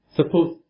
Suppose